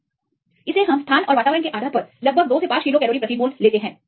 यदि आप देखते हैं कि यह स्थान और वातावरण के आधार पर लगभग 2 से 5 किलो कैलोरी प्रति मोल है